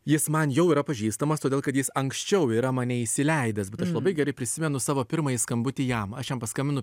jis man jau yra pažįstamas todėl kad jis anksčiau yra mane įsileidęs bet aš labai gerai prisimenu savo pirmąjį skambutį jam aš jam paskambinu